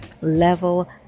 level